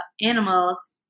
animals